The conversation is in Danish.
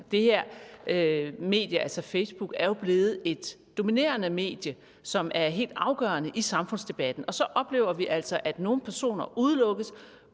Det her medie, altså Facebook, er jo blevet et dominerende medie, som er helt afgørende i samfundsdebatten. Og så oplever vi altså, at nogle personer udelukkes